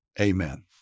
Amen